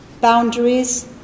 boundaries